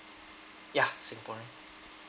ya singaporean